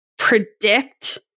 predict